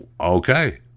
Okay